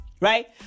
right